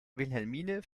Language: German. wilhelmine